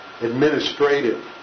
administrative